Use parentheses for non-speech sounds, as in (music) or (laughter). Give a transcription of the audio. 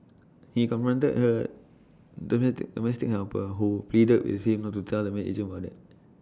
he confronted her (unintelligible) domestic helper who pleaded with him not to tell the maid agent about IT